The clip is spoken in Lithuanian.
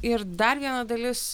ir dar viena dalis